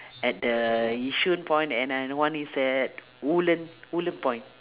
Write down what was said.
at the yishun point and another one is at woodlands woodlands point